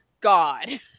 God